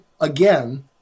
again